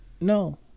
No